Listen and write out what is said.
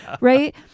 Right